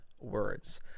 words